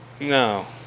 No